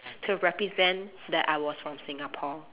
to represent that I was from Singapore